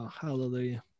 Hallelujah